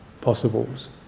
possibles